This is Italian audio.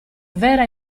vera